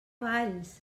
valls